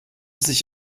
sich